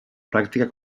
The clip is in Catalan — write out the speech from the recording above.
pràctica